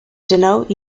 denote